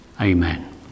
Amen